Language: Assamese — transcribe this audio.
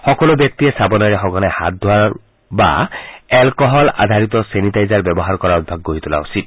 সকলো ব্যক্তিয়ে চাবোনেৰে সঘনাই হাত ধোৱাৰ বা এলকহল আধাৰিত চেনিটাইজাৰ ব্যৱহাৰ কৰাৰ অভ্যাস গঢ়ি তোলা উচিত